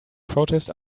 protest